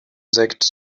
sekt